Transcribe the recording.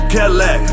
Cadillac